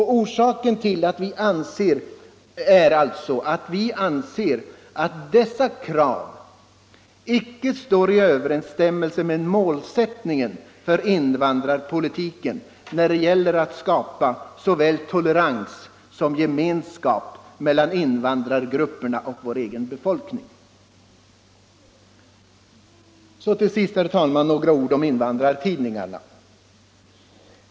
Orsaken är att vi anser att dessa krav inte står i överensstämmelse med målsättningen för invandrarpolitiken när det gäller att skapa såväl tolerans som gemenskap mellan invandrargrupperna och vår egen befolkning. Till sist, herr talman, några ord om invandrartidningarna.